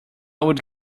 would